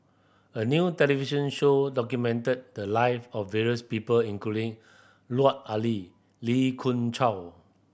a new television show documented the live of various people including Lut Ali Lee Khoon Choy